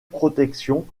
protection